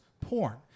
porn